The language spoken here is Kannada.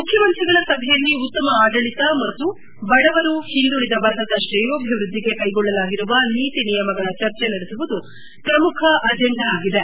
ಮುಖ್ಯಮಂತ್ರಿಗಳ ಸಭೆಯಲ್ಲಿ ಉತ್ತಮ ಆಡಳಿತ ಮತ್ತು ಬಡವರು ಹಿಂದುಳಿದ ವರ್ಗದ ತ್ರೇಯೋಭಿವೃದ್ಧಿಗೆ ಕೈಗೊಳ್ಳಲಾಗಿರುವ ನೀತಿ ನಿಯಮಗಳ ಚರ್ಚೆ ನಡೆಸುವುದು ಪ್ರಮುಖ ಅಜೆಂಡಾ ಆಗಿದೆ